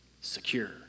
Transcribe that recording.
secure